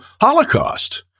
Holocaust